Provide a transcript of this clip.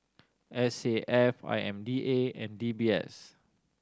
S A F I M D A and D B S